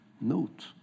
Note